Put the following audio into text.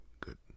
good